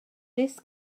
this